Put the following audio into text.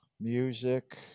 music